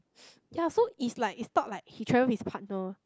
ya so it's like it's not like he travel with his partner